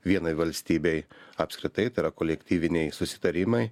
vienai valstybei apskritai tai yra kolektyviniai susitarimai